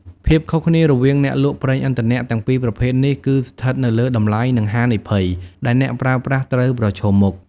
ភាពខុសគ្នារវាងការលក់ប្រេងឥន្ធនៈទាំងពីរប្រភេទនេះគឺស្ថិតនៅលើ តម្លៃ និង ហានិភ័យ ដែលអ្នកប្រើប្រាស់ត្រូវប្រឈមមុខ។